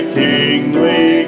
kingly